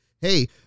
hey